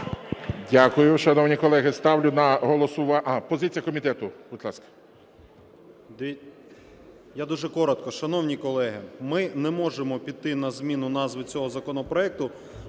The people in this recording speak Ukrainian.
Дякую, шановні колеги. Ставлю на голосування… Позиція комітету, будь ласка. 11:55:22 ЛУБІНЕЦЬ Д.В. Я дуже коротко. Шановні колеги, ми не можемо піти на зміну назви цього законопроекту,